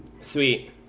Sweet